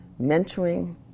mentoring